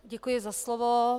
Děkuji za slovo.